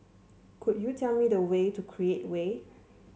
could you tell me the way to Create Way